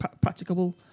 practicable